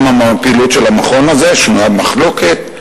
גם הפעילות של המכון הזה שנויה במחלוקת.